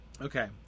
Okay